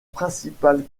principal